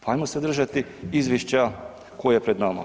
Pa hajmo se držati izvješća koje je pred nama.